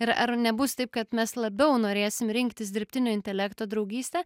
ir ar nebus taip kad mes labiau norėsim rinktis dirbtinio intelekto draugystę